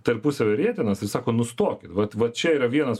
tarpusavio rietenas ir sako nustokit vat va čia yra vienas